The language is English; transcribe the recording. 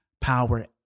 power